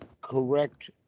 correct